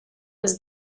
was